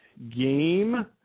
game